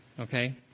Okay